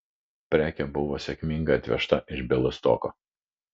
prekė buvo sėkmingai atvežta iš bialystoko